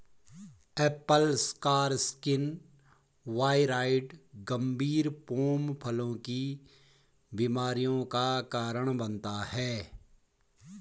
Apple scar skin viroid गंभीर pome फलों की बीमारियों का कारण बनता है